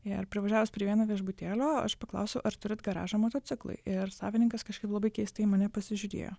ir privažiavus prie vieno viešbutėlio aš paklausiau ar turit garažą motociklui ir savininkas kažkaip labai keistai į mane pasižiūrėjo